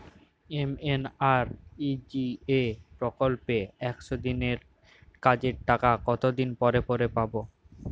MNREGA প্রকল্পে একশ দিনের কাজের টাকা কতদিন পরে পরে পাব?